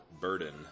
burden